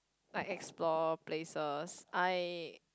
like explore places I